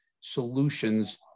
solutions